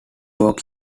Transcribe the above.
work